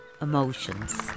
Emotions